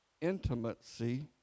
Intimacy